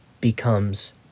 becomes